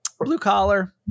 blue-collar